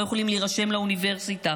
לא יכולים להירשם לאוניברסיטה.